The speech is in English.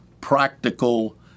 practical